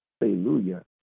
Hallelujah